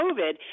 COVID